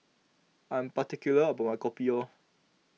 I am particular about my Kopi O